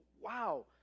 wow